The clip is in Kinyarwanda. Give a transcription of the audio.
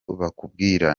bakubwira